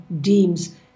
deems